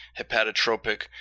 hepatotropic